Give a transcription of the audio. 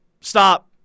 stop